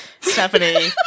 Stephanie